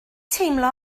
teimlo